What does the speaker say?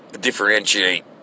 differentiate